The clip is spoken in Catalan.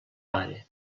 pare